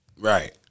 Right